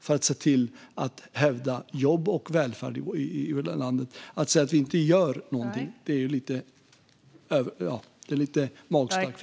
Vi måste se till att hävda jobb och välfärd i landet. Att säga att vi inte gör någonting är lite magstarkt.